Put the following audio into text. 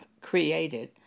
created